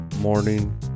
morning